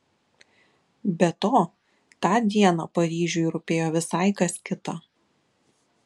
be to tą dieną paryžiui rūpėjo visai kas kita